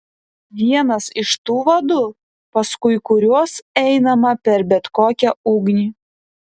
vienas iš tų vadų paskui kuriuos einama per bet kokią ugnį